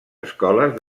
escoles